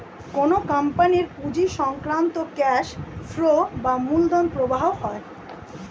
কোন কোম্পানির পুঁজি সংক্রান্ত ক্যাশ ফ্লো বা মূলধন প্রবাহ হয়